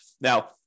Now